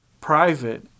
Private